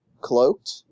cloaked